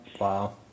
Wow